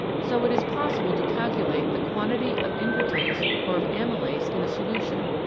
so it is possible to calculate the quantity of invertase or of amylase in a solution,